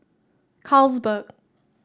Carlsberg